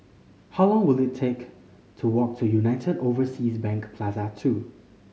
how long will it take to walk to United Overseas Bank Plaza Two